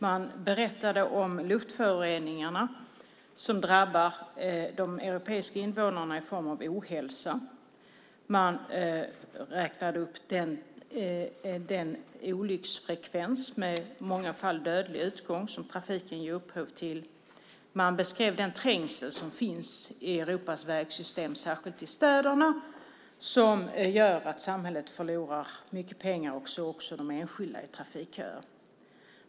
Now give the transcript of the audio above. Man berättade om luftföroreningarna som drabbar de europeiska invånarna i form av ohälsa. Man räknade upp den olycksfrekvens med i många fall dödlig utgång som trafiken ger upphov till. Man beskrev den trängsel som finns i Europas vägsystem, särskilt i städerna, som gör att samhället förlorar mycket pengar, och så också de enskilda i trafikköer.